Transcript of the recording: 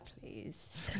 please